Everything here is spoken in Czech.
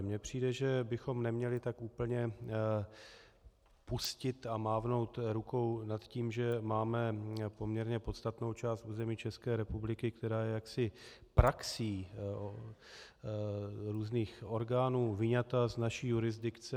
Mně přijde, že bychom neměli tak úplně pustit a mávnout rukou nad tím, že máme poměrně podstatnou část území České republiky, která je praxí různých orgánů vyňata z naší jurisdikce.